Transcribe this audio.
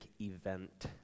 event